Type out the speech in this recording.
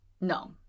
No